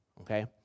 okay